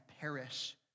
perish